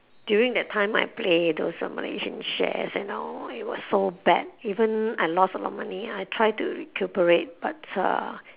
during that time I play those uh malaysian share you know it was so bad even I lost a lot of money I try to recuperate but uh